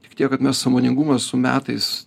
tik tiek kad nesąmoningumą su metais